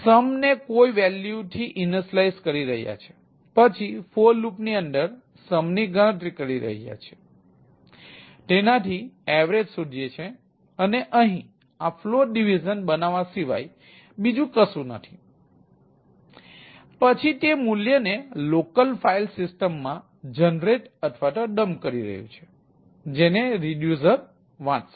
તેથી તે local file system વાંચશે